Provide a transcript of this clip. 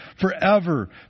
forever